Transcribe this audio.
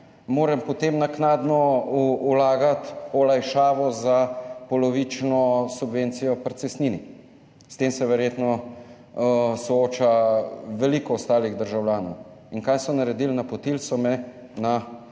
moram potem naknadno vlagati olajšavo za polovično subvencijo pri cestnini. S tem se verjetno sooča veliko ostalih državljanov. In kaj so naredili? Napotili so me na